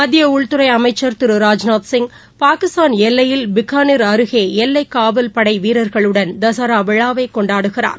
மத்தியஉள்துறைஅமைச்சர் திரு ராஜ்நாத் சிங் பாகிஸ்தான் எல்லையில் பிகானிர் அருகேஎல்லைக் காவல் படைவீரர்களுடன் தசராவிழாவைகொண்டாடுகிறார்